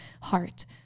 Heart